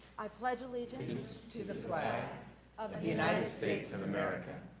i pledge allegiance to the flag of the united states of america,